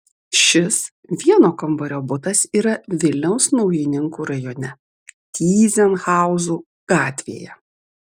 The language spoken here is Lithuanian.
šis vieno kambario butas yra vilniaus naujininkų rajone tyzenhauzų gatvėje